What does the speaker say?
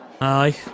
Aye